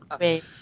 Wait